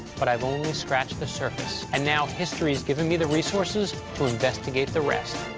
but i've only scratched the surface. and now history has given me the resources to investigate the rest.